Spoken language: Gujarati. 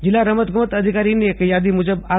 જીલ્લા રમત ગમત અધિકારીની એક યાદી મુજબ આર